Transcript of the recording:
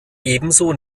ebenso